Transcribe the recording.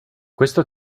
questo